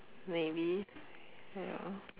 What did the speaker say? maybe ya